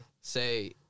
Say